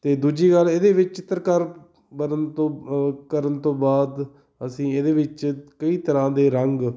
ਅਤੇ ਦੂਜੀ ਗੱਲ ਇਹਦੇ ਵਿੱਚ ਚਿੱਤਰਕਾਰ ਬਣਨ ਤੋਂ ਕਰਨ ਤੋਂ ਬਾਅਦ ਅਸੀਂ ਇਹਦੇ ਵਿੱਚ ਕਈ ਤਰ੍ਹਾਂ ਦੇ ਰੰਗ